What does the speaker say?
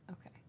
Okay